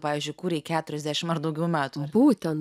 pavyzdžiui kuri keturiasdešimt ar daugiau metų būtent